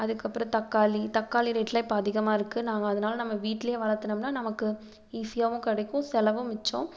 அதுக்கப்புறம் தக்காளி தக்காளி ரேட்லாம் இப்போ அதிகமாக இருக்கு நாங்கள் அதனால் நம்ம வீட்டிலேயே வளர்த்துனோம்னா நமக்கு ஈஸியாகவும் கிடைக்கும் செலவும் மிச்சம்